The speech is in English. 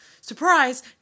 surprise